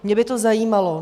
Mě by to zajímalo.